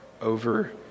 over